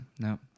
No